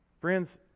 Friends